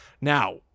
Now